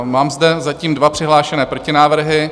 Mám zde zatím dva přihlášené protinávrhy.